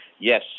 yes